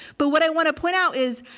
but what i want to point out is,